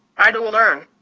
i do learn.